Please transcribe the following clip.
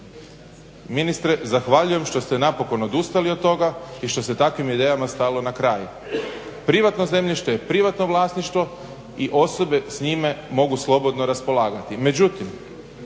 Ministre zahvaljujem što ste napokon odustali od toga i što se takvim idejama stalo na kraj. Privatno zemljište je privatno vlasništvo i osobe s njime mogu slobodno raspolagati.